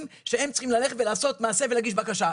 שהם צריכים ללכת ולעשות מעשה ולהגיש בקשה.